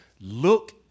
look